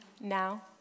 now